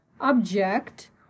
object